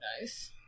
nice